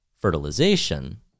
fertilization